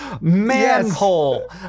manhole